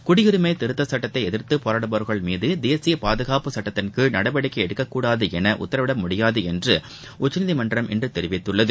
குடியரிமை திருத்த சட்டத்தை எதிர்த்து போராடுபவர்கள் மீது தேசிய பாதுகாப்பு சட்டத்தின்கீழ் நடவடிக்கை எடுக்கக்கூடாது என உத்தரவிட முடியாது என்று உச்சநீதிமன்றம் இன்று தெரிவித்துள்ளது